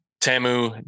Tamu